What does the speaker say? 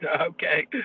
Okay